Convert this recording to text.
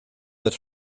fod